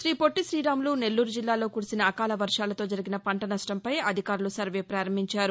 తీ పొట్లి శ్రీరాములు నెల్లూరు జిల్లాలో కురిసిన అకాల వర్వాలతో జరిగిన పంట నష్ణంపై అధికారులు సర్వే పారంభించారు